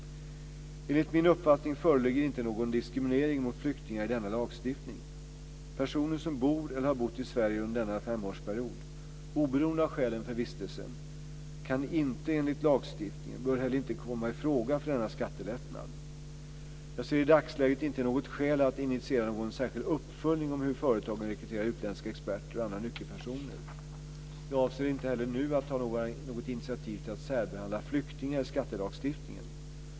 Enligt min uppfattning föreligger inte någon diskriminering mot flyktingar i denna lagstiftning. Personer som bor eller har bott i Sverige under denna femårsperiod - oberoende av skälen för vistelsen - kan inte enligt lagstiftningen och bör inte heller komma i fråga för denna skattelättnad. Jag ser i dagsläget inte något skäl att initiera någon särskild uppföljning om hur företagen rekryterar utländska experter och andra nyckelpersoner. Jag avser inte heller att nu ta något initiativ till att särbehandla flyktingar i skattelagstiftningen.